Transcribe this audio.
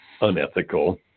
unethical